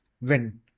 win